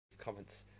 comments